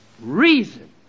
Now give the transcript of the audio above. Reason